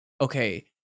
Okay